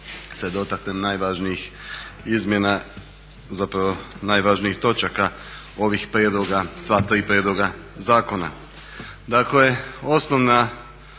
se dotaknem najvažnijih izmjena zapravo najvažnijih točaka ovih prijedlog sva tri prijedloga zakona. Dakle osnovno